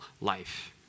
life